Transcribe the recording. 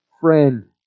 friend